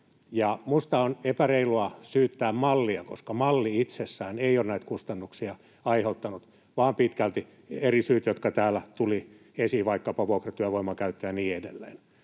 Minusta on epäreilua syyttää mallia, koska malli itsessään ei ole kustannuksia aiheuttanut, vaan pitkälti eri syyt, jotka täällä tulivat esiin, vaikkapa vuokratyövoiman käyttö ja niin edelleen.